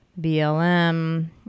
BLM